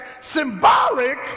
symbolic